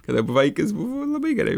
kada bu vaikis buvo labai gerai